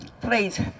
please